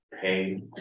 pay